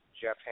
Jeff